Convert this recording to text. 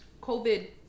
COVID